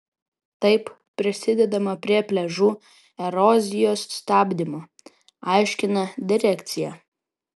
taip prisidedama prie pliažų erozijos stabdymo aiškina direkcija